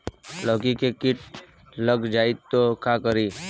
लौकी मे किट लग जाए तो का करी?